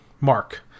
mark